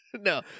no